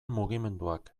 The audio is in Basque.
mugimenduak